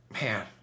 man